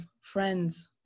friends